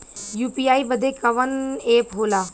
UPI बदे कवन app होला?